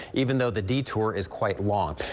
even though the detour is quite long.